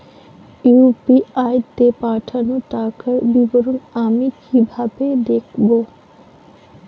UPI তে পাঠানো টাকার বিবরণ আমি কিভাবে দেখবো?